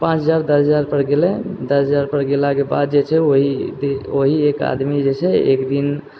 पाँच हजार दस हजारपर गेलै दस हजारपर गेलाके बाद जे छै वएह एक आदमी जे छै एकदिन